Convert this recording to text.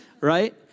Right